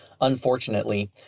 Unfortunately